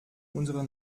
unserer